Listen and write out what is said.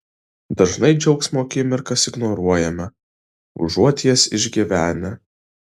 dažnai džiaugsmo akimirkas ignoruojame užuot jas išgyvenę